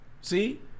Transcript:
See